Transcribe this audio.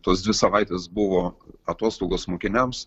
tos dvi savaites buvo atostogos mokiniams